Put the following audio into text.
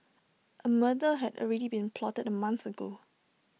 A murder had already been plotted A month ago